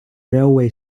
railway